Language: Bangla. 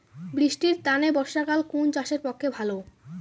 বৃষ্টির তানে বর্ষাকাল কুন চাষের পক্ষে ভালো?